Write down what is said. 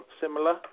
similar